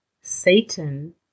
Satan